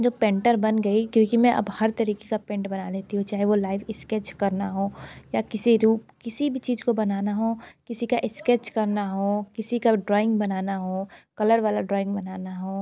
जब पेंटर बन गई क्योंकि मैं अब हर तरीक़े का पेंट बना लेती हूँ चाहे वो लाइव इस्केच करना हो या किसी रूप किसी भी चीज़ को बनाना हो किसी का इस्केच करना हो किसी का ड्राॅइंग बनाना हो कलर वाला ड्राॅइंग बनाना हो